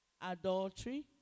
adultery